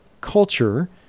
culture